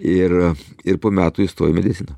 ir ir po metų įstojau į mediciną